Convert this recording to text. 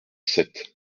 sept